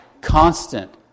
Constant